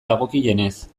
dagokienez